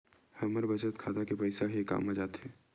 हमर बचत खाता के पईसा हे कामा जाथे?